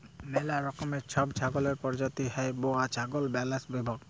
ম্যালা রকমের ছব ছাগলের পরজাতি হ্যয় বোয়ার ছাগল, ব্যালেক বেঙ্গল